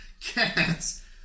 cats